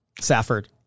Safford